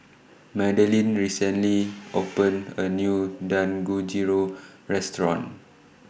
Madelynn recently opened A New Dangojiru Restaurant